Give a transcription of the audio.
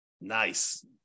Nice